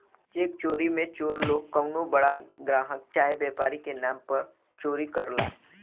check चोरी मे चोर लोग कउनो बड़ा ग्राहक चाहे व्यापारी के नाम पर चोरी करला